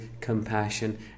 compassion